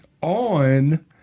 on